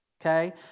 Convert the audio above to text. okay